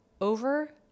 over